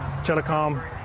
telecom